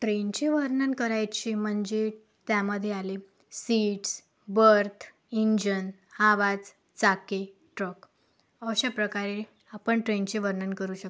ट्रेनचे वर्णन करायचे म्हणजे त्यामध्ये आले सीट्स बर्थ इंजन आवाज चाके ट्र्क अशा प्रकारे आपण ट्रेनचे वर्णन करू शकतो